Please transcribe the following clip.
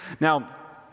Now